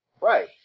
Right